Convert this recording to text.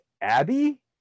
abby